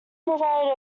provide